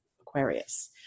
Aquarius